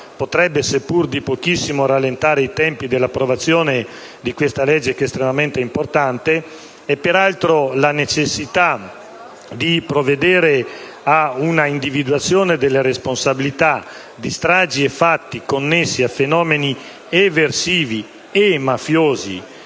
potrebbe, seppur di pochissimo, rallentare i tempi dell'approvazione di questa legge estremamente importante; peraltro la necessità di provvedere a un'individuazione delle responsabilità di stragi e fatti connessi a fenomeni eversivi e mafiosi